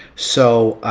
so,